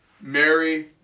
Mary